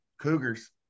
Cougars